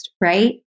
right